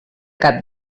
cap